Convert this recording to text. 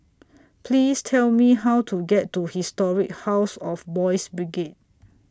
Please Tell Me How to get to Historic House of Boys' Brigade